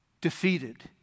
defeated